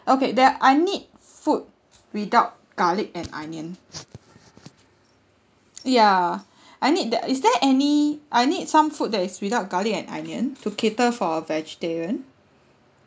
okay that I need food without garlic and onion ya I need that is there any I need some food that is without garlic and onion to cater for a vegetarian